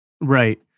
Right